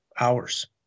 hours